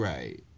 Right